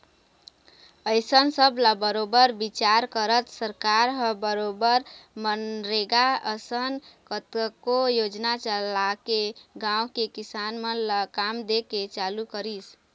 अइसन सब ल बरोबर बिचार करत सरकार ह बरोबर मनरेगा असन कतको योजना चलाके गाँव के किसान मन ल काम दे के चालू करिस